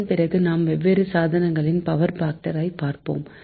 இதன் பிறகு நாம் பல்வேறு சாதனங்களின் பவர் பாக்டர் ஐ பார்ப்போம்